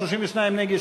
32 נגד,